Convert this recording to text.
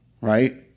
Right